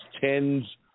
tens